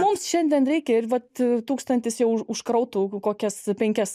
mums šiandien reikia ir vat tūkstantis jau užkrautų kokias penkias